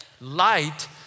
Light